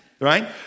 Right